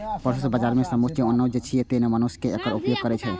proso बाजारा सुपाच्य अनाज छियै, तें मनुष्य एकर उपभोग करै छै